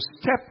step